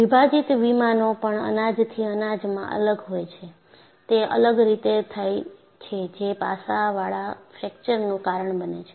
વિભાજિત વિમાનો પણ અનાજથી અનાજમાં અલગ હોય છે તે અલગ રીતે થાય છે જે પાસાવાળા ફ્રેક્ચરનું કારણ બને છે